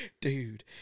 Dude